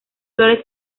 flores